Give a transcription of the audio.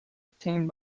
obtained